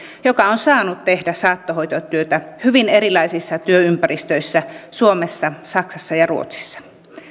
joka on saanut tehdä saattohoitotyötä hyvin erilaisissa työympäristöissä suomessa saksassa ja ruotsissa